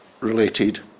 related